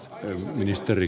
arvoisa puhemies